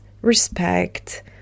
respect